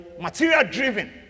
material-driven